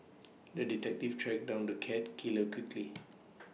the detective tracked down the cat killer quickly